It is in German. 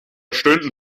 stunden